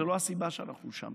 זו לא הסיבה שאנחנו שם.